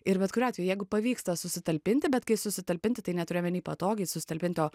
ir bet kuriuo atveju jeigu pavyksta susitalpinti bet kai susitalpinti tai neturiu omeny patogiai sutalpint o